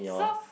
so